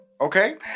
okay